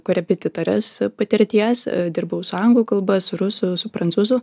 korepetitorės patirties dirbau su anglų kalba su rusų su prancūzų